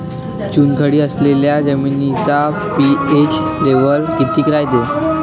चुनखडी असलेल्या जमिनीचा पी.एच लेव्हल किती रायते?